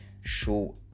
short